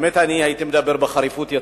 הייתי מדבר יותר בחריפות.